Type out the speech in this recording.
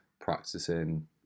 practicing